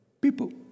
people